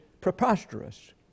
preposterous